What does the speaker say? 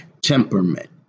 temperament